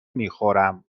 میخورم